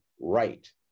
right